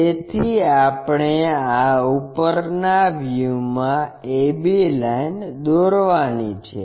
તેથી આપણે આ ઉપરના વ્યૂ મા a b લાઇન દોરવાની છે